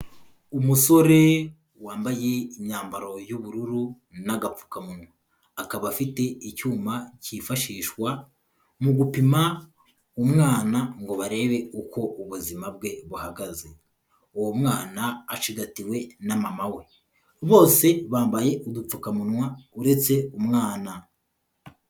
Umusore wambaye imyambaro y'ubururu n'agapfukamunwa, akaba afite icyuma kifashishwa mu gupima umwana ngo barebe uko ubuzima bwe buhagaze, uwo mwana acigatiwe na mama we, bose bambaye udupfukamunwa uretse umwana.